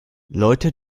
leute